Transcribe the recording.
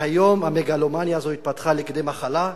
והיום המגלומניה הזו התפתחה לכדי מחלה,